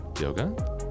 yoga